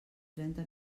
trenta